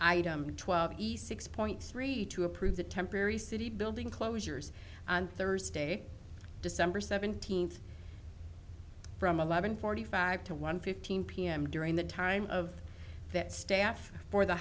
item twelve east six point three to approve the temporary city building closures on thursday december seventeenth from eleven forty five to one fifteen p m during the time of that staff for the